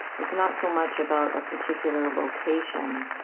it's not so much about a particular location,